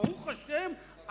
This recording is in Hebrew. ברוך השם,